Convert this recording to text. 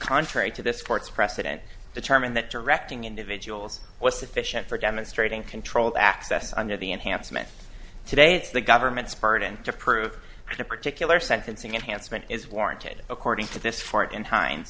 contrary to this court's precedent determined that directing individuals was sufficient for demonstrating controlled access under the enhancement today it's the government's burden to prove that a particular sentencing enhancement is warranted according to this fort in time